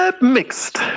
Mixed